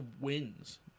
wins